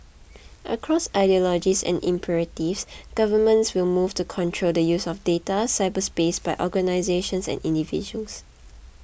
across ideologies and imperatives governments will move to control the use of data cyberspace by organisations and individuals